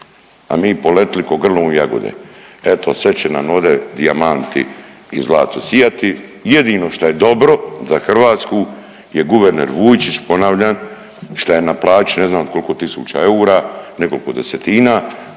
a mi poletili k'o grlom u jagode. Eto, sve će nam ovdje dijamanti i zlato sijati, jedino što je dobro za Hrvatsku je guverner Vujčić, ponavljam, šta je na plaću od ne znam koliko tisuća eura, nekoliko desetina,